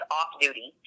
off-duty